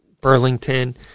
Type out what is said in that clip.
Burlington